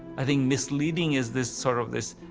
i think misleading is this sort of this